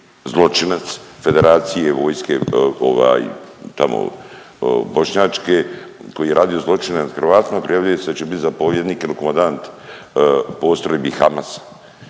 zločinac federacije vojske ovaj tamo bošnjačke koji je radio zločine nad Hrvatima, prijavljuje se da će biti zapovjednik ili komandant postrojbi Hamasa.